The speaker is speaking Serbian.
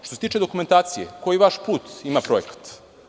Što se tiče dokumentacije, koji vaš put ima projekat?